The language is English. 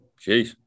Jeez